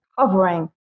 covering